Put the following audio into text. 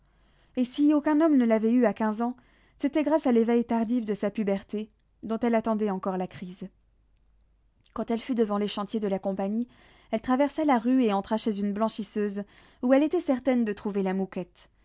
et si aucun homme ne l'avait eue à quinze ans c'était grâce à l'éveil tardif de sa puberté dont elle attendait encore la crise quand elle fut devant les chantiers de la compagnie elle traversa la rue et entra chez une blanchisseuse où elle était certaine de trouver la mouquette